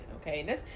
okay